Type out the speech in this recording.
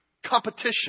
Competition